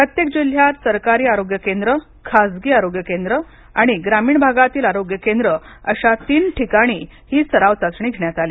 प्रत्येक जिल्ह्यात सरकारी आरोग्य केंद्र खासगी आरोग्य केंद्र आणि ग्रामीण भागातील आरोग्य केंद्र अशा तीन ठिकाणी ही सराव चाचणी घेण्यात आली